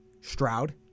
Stroud